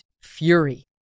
Fury